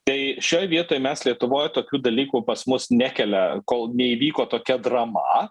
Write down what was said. tai šioj vietoj mes lietuvoj tokių dalykų pas mus nekelia kol neįvyko tokia drama